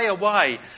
away